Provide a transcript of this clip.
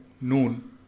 noon